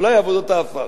אולי עבודות העפר.